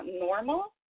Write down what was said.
normal